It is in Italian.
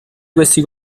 questi